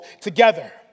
together